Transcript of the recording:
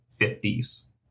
50s